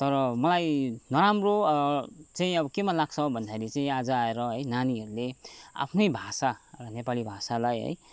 तर मलाई नराम्रो चाहिँ आब केमा लाग्छ भन्दाखेरि चाहिँ आज आएर नानीहरूले आफ्नै भाषा एउटा नेपाली भाषालाई है